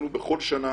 בכל שנה